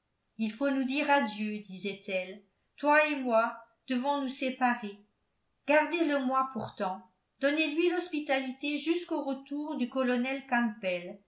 il faut nous dire adieu disait-elle toi et moi devons nous séparer gardez-le moi pourtant donnez lui l'hospitalité jusqu'au retour du colonel campbell